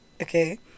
okay